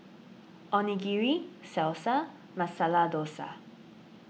Onigiri Salsa and Masala Dosa